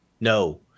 No